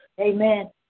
amen